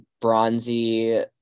bronzy